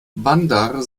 bandar